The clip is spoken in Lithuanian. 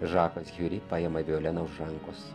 žakas hiuri paima violeną už rankos